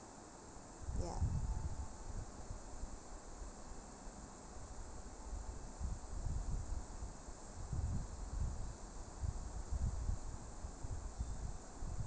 ya